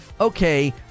okay